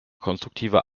konstruktive